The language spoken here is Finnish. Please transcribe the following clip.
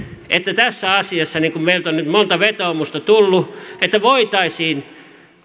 että tässä asiassa kun meiltä on nyt monta vetoomusta tullut voitaisiin